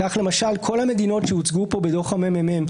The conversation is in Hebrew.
כך למשל כל המדינות שהוצגו פה בדוח הממ"מ,